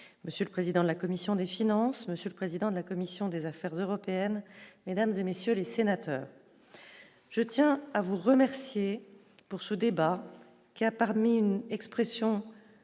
monsieur le président de la commission des finances, monsieur le président de la commission des affaires européennes, mesdames et messieurs les sénateurs, je tiens à vous remercier pour ce débat qui a parmi une expression